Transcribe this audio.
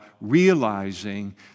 realizing